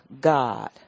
god